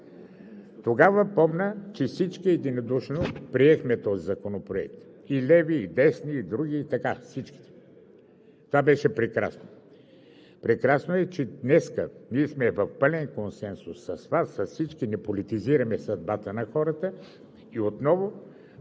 Тогава помня, че всички единодушно приехме този законопроект – и леви, и десни, и други, всичките. Това беше прекрасно. Прекрасно е, че и днес ние сме в пълен консенсус с всички Вас, не политизираме съдбата на хората и отново